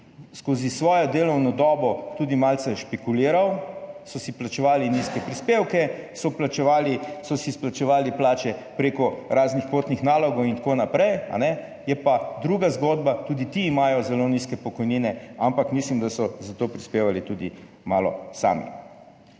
skozi svojo delovno dobo tudi malce špekuliral, so si plačevali nizke prispevke, so si izplačevali plače preko raznih potnih nalogov in tako naprej, je pa druga zgodba. Tudi ti imajo zelo nizke pokojnine, ampak mislim, da so k temu prispevali tudi malo sami.